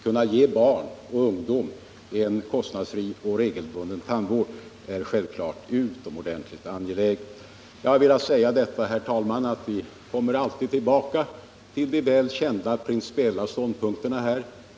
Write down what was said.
Att ge barn och ungdom en kostnadsfri och regelbunden tandvård är självfallet utomordentligt angeläget. Jag har, herr talman, velat säga att vi alltid kommer tillbaka till de väl kända principiella ståndpunkterna.